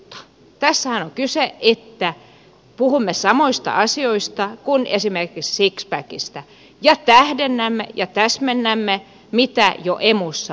tässähän on kyse siitä että puhumme samoista asioista kuin esimerkiksi sixpackistä ja tähdennämme ja täsmennämme mitä jo emussa on